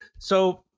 so,